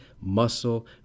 Muscle